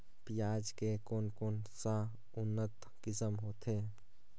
पियाज के कोन कोन सा उन्नत किसम होथे?